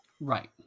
Right